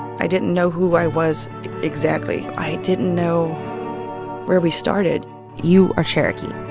i didn't know who i was exactly. i didn't know where we started you are cherokee.